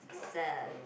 serve